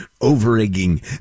over-egging